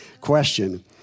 question